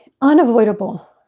unavoidable